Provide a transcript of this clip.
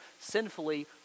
sinfully